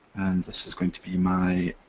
this is going to be my